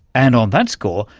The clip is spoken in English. and on that score,